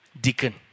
deacon